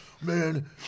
man